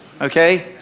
okay